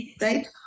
right